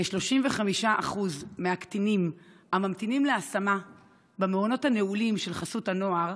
כ-35% מהקטינים הממתינים להשמה במעונות הנעולים של חסות הנוער